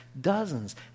dozens